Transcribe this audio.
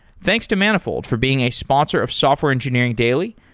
thanks to manifold for being a sponsor of software engineering daily,